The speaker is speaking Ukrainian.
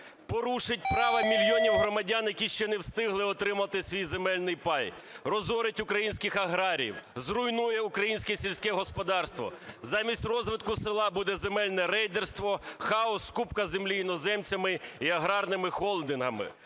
порушить право мільйонів громадян, які ще не встигли отримати свій земельний пай, розорить українських аграріїв, зруйнує українське сільське господарство, замість розвитку села буде земельне рейдерство, хаос, скупка землі іноземцями і аграрними холдингами.